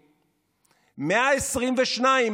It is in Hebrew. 122,